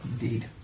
Indeed